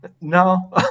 no